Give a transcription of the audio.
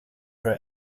her